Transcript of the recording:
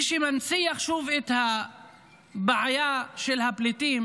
מה שמנציח שוב את הבעיה של הפליטים